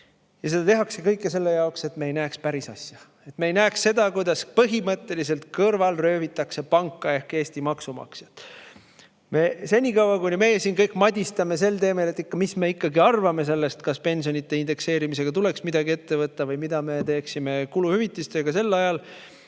Ja seda kõike tehakse selle jaoks, et me ei näeks päris asja, et me ei näeks seda, kuidas põhimõtteliselt kõrval röövitakse panka ehk Eesti maksumaksjat. Sel ajal, kui me siin kõik madistame sel teemal, mis me ikkagi arvame sellest, kas pensionide indekseerimisega tuleks midagi ette võtta, või mida me teeksime kuluhüvitistega, valitsus